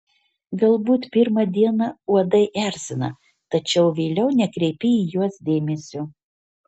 galbūt pirmą dieną uodai erzina tačiau vėliau nekreipi į juos dėmesio